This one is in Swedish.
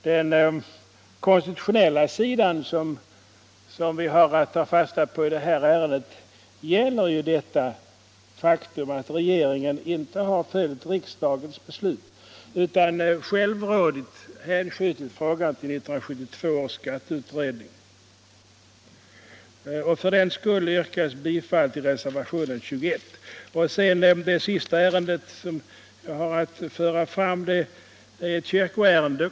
Den konstitutionella sidan som vi har att ta fasta på i det här ärendet gäller det faktum att regeringen inte följt riksdagens beslut utan självrådigt hänskjutit frågan till 1972 års skatteutredning. För den skull yrkas bifall till reservationen 21. Det sista ärendet jag har att föra fram är ett kyrkoärende.